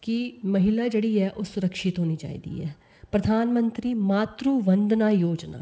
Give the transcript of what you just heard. कि महिला जेह्ड़ी ऐ ओह् सुरक्षित होनी चाहिदी ऐ प्रधानमंत्री मातरु बंधना योजना